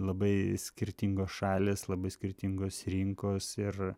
labai skirtingos šalys labai skirtingos rinkos ir